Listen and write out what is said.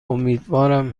امیدوارم